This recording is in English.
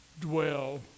dwell